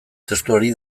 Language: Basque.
testuari